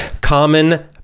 Common